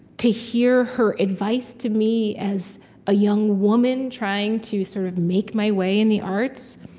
to hear her advice to me, as a young woman trying to sort of make my way in the arts,